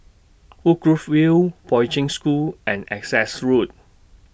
Woodgrove View Poi Ching School and Essex Road